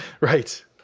Right